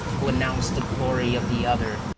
who announced the glory of the other,